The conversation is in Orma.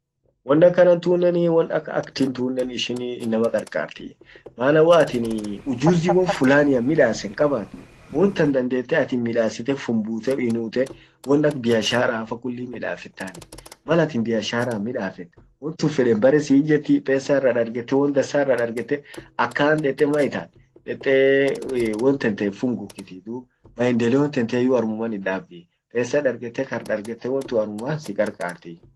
won akkantunnenii won ak aciting tunnen ishinii innama qarqartii, maana waatin ujuzi won fulanian midassen kabat won tan attin midasite fumbute, inute won ak biasharaafaa kulli himmidaffetaa malatin biashara midafet wontun feden barre siijetti pesa irra dargette won dansa irra dargette akkandette maitat dete won tente fungukitii dub maendeleo tenteyuu armuman itdabdii, pesa dargette ' kar dargette wontun armuman sikarkartii.